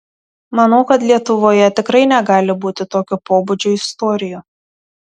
manau kad lietuvoje tikrai negali būti tokio pobūdžio istorijų